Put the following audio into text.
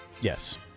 Yes